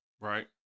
Right